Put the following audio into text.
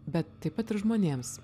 bet taip pat ir žmonėms